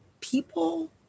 people